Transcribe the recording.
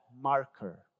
marker